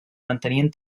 mantenien